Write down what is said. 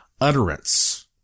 utterance